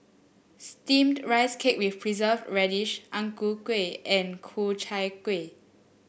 steamed Rice Cake with Preserved Radish Ang Ku Kueh and Ku Chai Kuih